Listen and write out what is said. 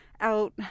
out